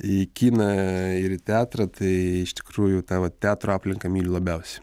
į kiną ir į teatrą tai iš tikrųjų tą vat teatro aplinką myliu labiausiai